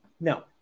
No